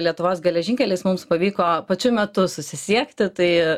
lietuvos geležinkeliais mums pavyko pačiu metu susisiekti tai